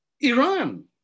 Iran